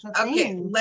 okay